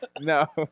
No